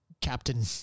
Captain